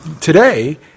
today